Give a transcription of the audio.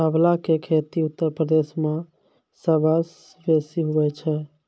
आंवला के खेती उत्तर प्रदेश मअ सबसअ बेसी हुअए छै